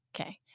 Okay